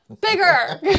bigger